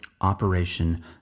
Operation